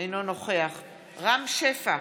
אינו נוכח רם שפע,